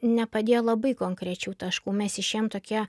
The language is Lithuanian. nepadėjo labai konkrečių taškų mes išėjom tokie